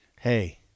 Hey